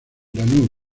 lanús